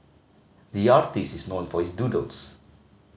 the artist is known for his doodles